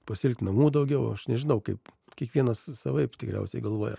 pasilgt namų daugiau aš nežinau kaip kiekvienas savaip tikriausiai galvoja